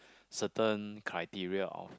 certain criteria of